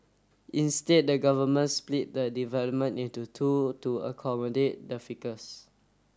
instead the government split the development in to two to accommodate the ficus